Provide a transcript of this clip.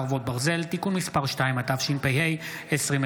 חרבות ברזל) (תיקון מס' 2), התשפ"ה 2024,